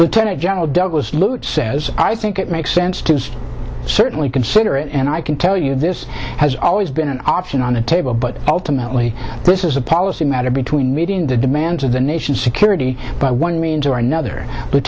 draft general douglas lute says i think it makes sense to certainly consider it and i can tell you this has always been an option on the table but ultimately this is a policy matter between meeting the demands of the nation's security by one means or another